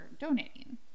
donating